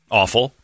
awful